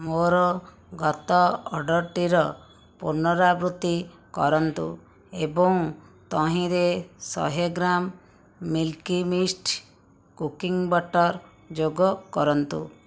ମୋର ଗତ ଅର୍ଡ଼ର୍ଟିର ପୁନରାବୃତ୍ତି କରନ୍ତୁ ଏବଂ ତହିଁରେ ଶହେ gram Milky Mist cooking butter ଯୋଗ କରନ୍ତୁ